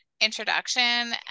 introduction